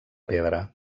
pedra